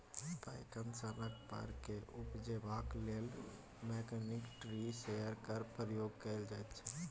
पैकन सनक फर केँ उपजेबाक लेल मैकनिकल ट्री शेकर केर प्रयोग कएल जाइत छै